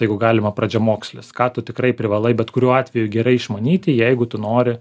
jeigu galima pradžiamokslis ką tu tikrai privalai bet kuriuo atveju gerai išmanyti jeigu tu nori